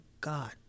God